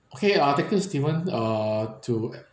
okay uh thank you stephen uh to